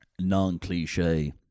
non-cliche